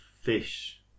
fish